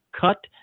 cut